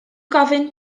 gofyn